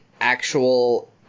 actual